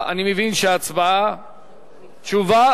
אני מבין שתשובה והצבעה